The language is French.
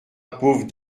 pauvre